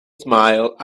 smile